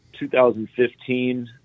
2015